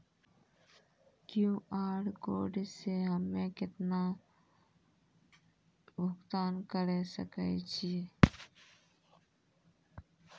QR code से हम्मय केतना भुगतान करे सके छियै?